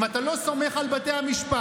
אם אתה לא סומך על בתי המשפט,